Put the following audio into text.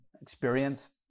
experience